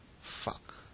fuck